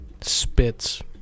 spits